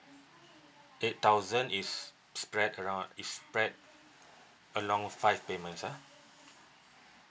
eight thousand is spread around is spread along five payments ah